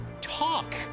talk